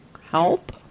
help